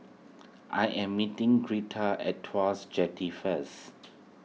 I am meeting Gretta at Tuas Jetty first